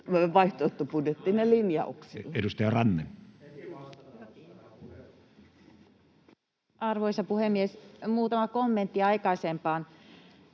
saadaan puheenvuoro!] Edustaja Ranne. Arvoisa puhemies! Muutama kommentti aikaisempaan.